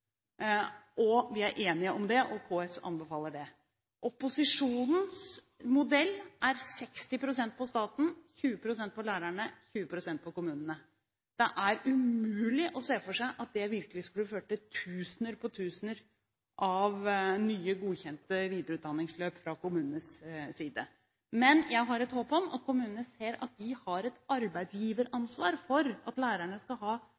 Vi er enige om det, og KS anbefaler det. Opposisjonens modell er 60 pst. på staten, 20 pst. på lærerne og 20 pst. på kommunene. Det er umulig å se for seg at det virkelig skulle føre til tusener på tusener av nye, godkjente videreutdanningsløp fra kommunenes side. Men jeg har et håp om at kommunene ser at de har et arbeidsgiveransvar for at lærerne framover skal ha